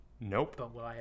Nope